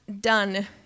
done